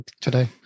today